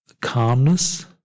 calmness